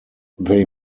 they